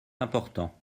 important